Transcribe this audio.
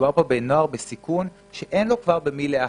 מדובר פה בנוער בסיכון שאין לו כבר במי להיאחז,